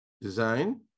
design